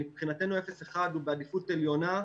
מבחינתו אפס עד אחד הוא בעדיפות עליונה.